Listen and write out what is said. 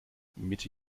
mitte